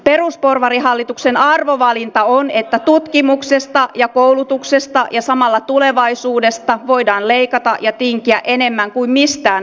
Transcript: perusporvarihallituksen arvovalinta on että tutkimuksesta ja koulutuksesta ja samalla tulevaisuudesta voidaan leikata ja tinkiä enemmän kuin mistään muusta